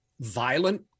violent